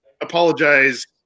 apologize